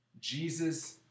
Jesus